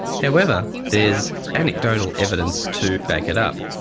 however, there's anecdotal evidence to back it up.